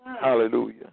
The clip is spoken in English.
Hallelujah